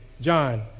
John